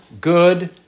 good